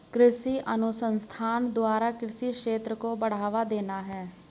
कृषि अनुसंधान द्वारा कृषि क्षेत्र को बढ़ावा देना है